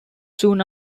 soon